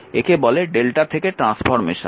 একে বলে Δ থেকে ট্রান্সফর্মেশন